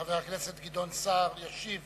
חבר הכנסת גדעון סער, ישיב